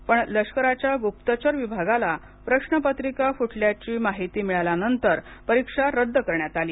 पण लष्कराच्या गुप्तचर विभागाला प्रश्नपत्रिका फुटल्याची माहिती मिळाल्यानंतर परीक्षा रद्द करण्यात आली